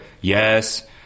yes